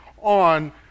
on